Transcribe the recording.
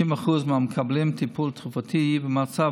90% מהמקבלים טיפול תרופתי יהיו במצב